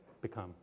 become